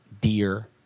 dear